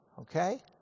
okay